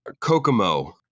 Kokomo